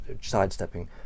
sidestepping